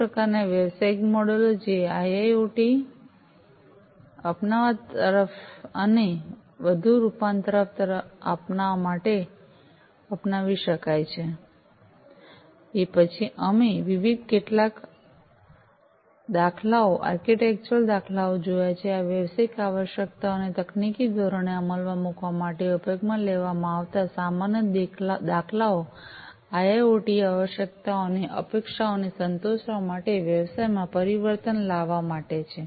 વિવિધ પ્રકારનાં વ્યવસાયિક મોડેલો જે આઇઓઓટી અપનાવવાની તરફ અને તેથી વધુ રૂપાંતર તરફ અપનાવવા માટે અપનાવવામાં આવી શકે છે અને પછી અમે આ વિવિધ દાખલાઓ કેટલાક આર્કિટેક્ચરલ દાખલાઓ જોયા છે આ વ્યવસાયિક આવશ્યકતાઓને તકનીકી ધોરણે અમલમાં મૂકવા માટે ઉપયોગમાં લેવાતા સામાન્ય દાખલાઓ આઇઆઇઓટી આવશ્યકતાઓ અને અપેક્ષાઓને સંતોષવા માટે વ્યવસાયમાં પરિવર્તન લાવવા માટે છે